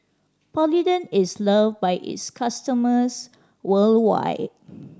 Polident is love by its customers worldwide